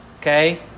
Okay